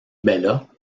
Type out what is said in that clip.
bella